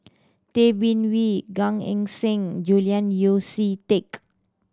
Tay Bin Wee Gan Eng Seng Julian Yeo See Teck